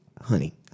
Honey